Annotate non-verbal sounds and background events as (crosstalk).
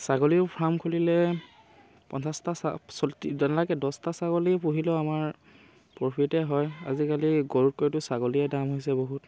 ছাগলীৰো ফাৰ্ম খুলিলে পঞ্চাছটা (unintelligible) দছটা ছাগলী পুহিলেও আমাৰ প্ৰফিতেই হয় আজিকালি গৰুতকৈতো ছাগলীৰে দাম হৈছে বহুত